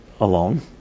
alone